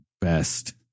best